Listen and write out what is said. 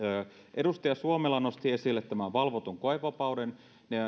edustaja suomela nosti esille valvotun koevapauden